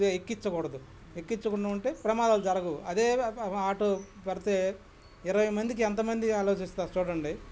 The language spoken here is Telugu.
ఎక్కించకూడదు ఎక్కించకుండా ఉంటే ప్రమాదాలు జరగవు అదే ఆటో పడితే ఇరవై మందికి ఎంత మంది ఆలోచిస్తారో చూడండి